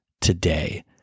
today